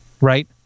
right